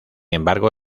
embargo